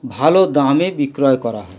ভালো দামে বিক্রয় করা হয়